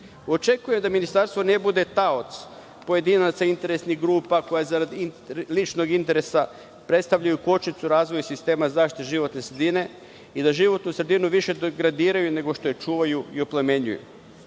početke. Očekujem da ministarstvo ne bude taoc pojedinaca, interesnih grupa koje zarad ličnog interesa predstavljaju kočnicu razvoja sistema zaštite životne sredine i da životnu sredinu više degradiraju nego što je čuvaju i oplemenjuju. Očekujem